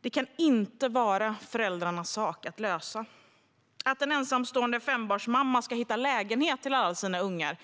Det kan inte vara föräldrarnas sak att lösa. Det kan inte rimligtvis fungera så att en ensamstående fembarnsmamma ska hitta en lägenhet till alla sina ungar.